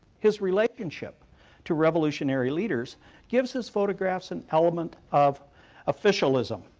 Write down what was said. his relationship to revolutionary leaders gives his photographs an element of officialism,